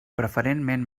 preferentment